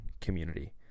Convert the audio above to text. community